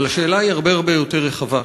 אבל השאלה היא הרבה הרבה יותר רחבה.